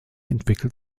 entwickelt